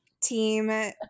team